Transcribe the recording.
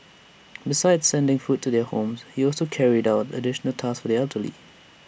besides sending food to their homes he also carried out additional tasks for the elderly